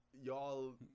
y'all